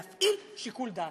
להפעיל שיקול דעת.